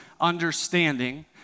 understanding